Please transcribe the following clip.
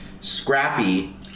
Scrappy